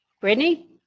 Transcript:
Brittany